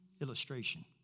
illustration